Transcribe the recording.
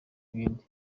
ibindi